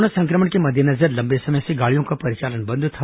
corona संक्रमण के मद्देनजर लंबे समय से गाड़ियों का परिचालन बंद था